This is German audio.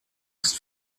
ist